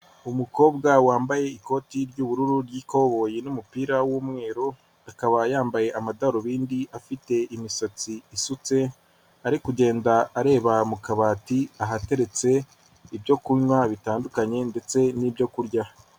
Umukobwa wambaye ikoti ry'ubururu ry'ikoboyi n'umupira w'umweru akaba yambaye amadarubindi afite imisatsi isutse ari kugenda areba mu kabati ahateretse ibyo kunywa bitandukanye ndetse n'ibyoku kurya